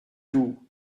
tout